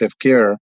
care